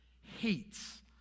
hates